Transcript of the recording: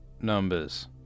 numbers